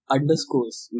Underscores